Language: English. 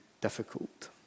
difficult